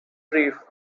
reef